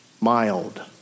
mild